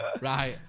Right